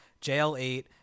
JL8